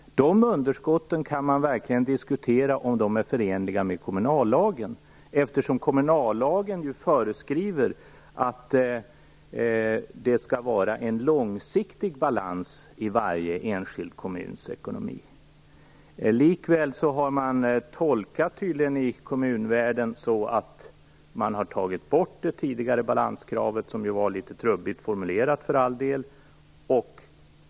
Det kan verkligen diskuteras om de underskotten är förenliga med kommunallagen, eftersom kommunallagen ju föreskriver att det skall vara en långsiktig balans i varje enskild kommuns ekonomi. Likväl har man tydligen i kommunvärlden tolkat det så att det tidigare balanskravet - som för all del var litet trubbigt formulerat - har tagits bort.